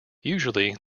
usually